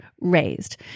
raised